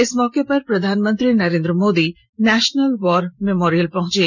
इस मौके पर प्रधानमंत्री Narendra Modi national war memorial पहंचे